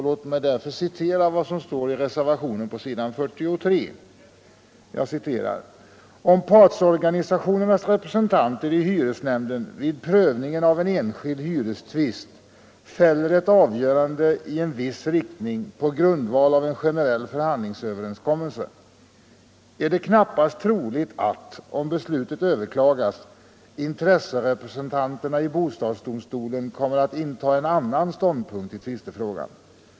Låt mig därför citera vad som står i reservationen på s. 43: ”Om partsorganisationernas representanter i hyresnämnden vid prövningen av en enskild hyrestvist fäller ett avgörande i viss riktning på grundval av en generell förhandlingsöverenskommelse, är det knappast troligt att, om beslutet överklagas, intresserepresentanterna i bostadsdomstolen kommer att inta en annan ståndpunkt i tvistefrågan.